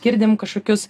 girdime kažkokius